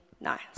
nice